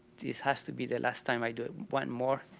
this has to be the last time i do it, one more,